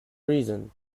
reason